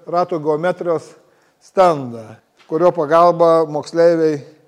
ratų geometrijos stendą kurio pagalba moksleiviai